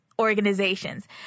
organizations